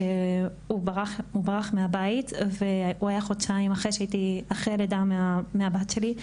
הוא ברח מהבית והוא היה חודשיים כשהייתי אחרי לידה מהבת שלי,